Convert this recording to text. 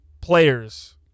players